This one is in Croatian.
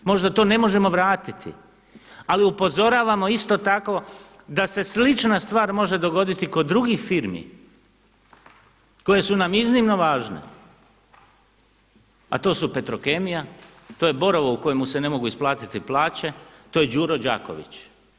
Možda to ne možemo vratiti, ali upozoravamo isto tako da se slična stvar može dogoditi kod drugih firmi koje su nam iznimno važne, a to su Petrokemija, to je Borovo u kojemu se ne mogu isplatiti plaće, to je Đuro Đaković.